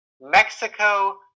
Mexico